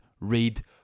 read